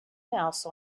mouse